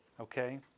Okay